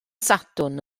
sadwrn